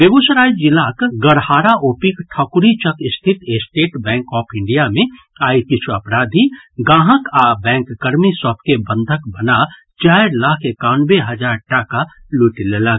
बेगूसराय जिलाक गढ़हारा ओपीक ठकुरीचक स्थित स्टेट बैंक ऑफ इंडिया मे आइ किछु अपराधी गांहक आ बैंककर्मी सभ के बंधक बना चारि लाख एकानवे हजार टाका लूटि लेलक